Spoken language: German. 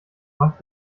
macht